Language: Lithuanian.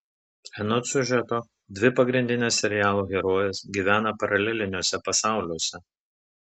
anot siužeto dvi pagrindinės serialo herojės gyvena paraleliniuose pasauliuose